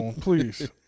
Please